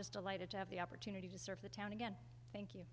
just delighted to have the opportunity to serve the town again thank you